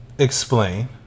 explain